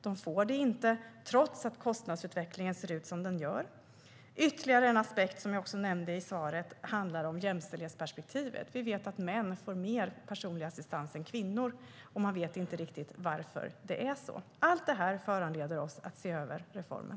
De får det inte trots att kostnadsutvecklingen ser ut som den gör. Ytterligare en aspekt, som jag också nämnde i svaret, handlar om jämställdhetsperspektivet. Vi vet att män får mer personlig assistans än kvinnor. Man vet inte riktigt varför det är så. Allt det här föranleder oss att se över reformen.